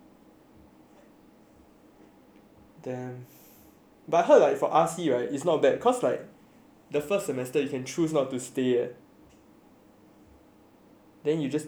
damn but I heard for like R_C it's not that cause like the first semester you can choose not to stay yet then you just take the modules